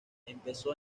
empezó